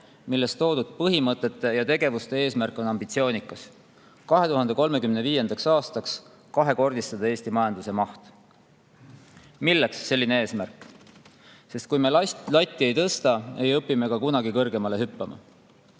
milles toodud põhimõtted ja tegevuste eesmärk on ambitsioonikas: 2035. aastaks kahekordistada Eesti majanduse mahtu. Milleks selline eesmärk? Sest kui me latti ei tõsta, ei õpi me ka kunagi kõrgemale hüppama.